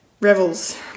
revels